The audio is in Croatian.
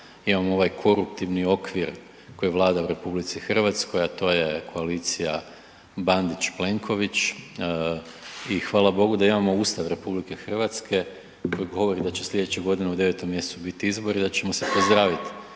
imamo ovaj koruptivni okvir koji vlada u RH, a to je koalicija Bandić-Plenković. I hvala Bogu da imamo Ustav RH koji govori da će sljedeće godine u 9. mjesecu biti izbori i da ćemo se pozdraviti